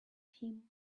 him